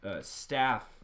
staff